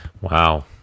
Wow